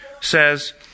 says